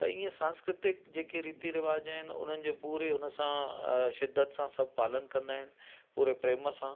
त ईअं सांस्कृतिक जेके रीति रिवाज़ आहिनि उन्हनि जो पूरी उन सां शिद्दत सां सभु पालन कंदा आहिनि पूरे प्रेम सां